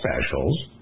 specials